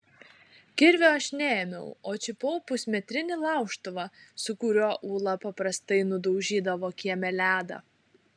kirvio aš neėmiau o čiupau pusmetrinį laužtuvą su kuriuo ula paprastai nudaužydavo kieme ledą